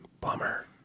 Bummer